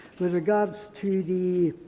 with regards to the